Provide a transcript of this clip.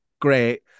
great